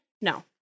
No